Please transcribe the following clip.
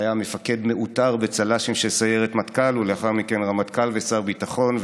היה מפקד מעוטר בצל"שים של סיירת מטכ"ל ולאחר מכן רמטכ"ל ושר ביטחון,